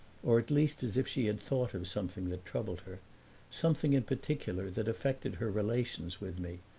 or at least as if she had thought of something that troubled her something in particular that affected her relations with me,